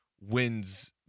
wins